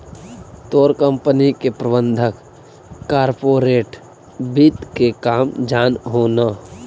तोर कंपनी के प्रबंधक कॉर्पोरेट वित्त के काम जान हो न